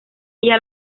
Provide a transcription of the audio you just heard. ella